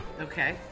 Okay